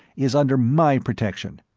is under my protection.